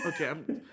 Okay